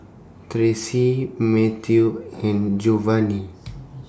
Tracey Matthew and Jovanny